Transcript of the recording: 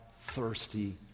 thirsty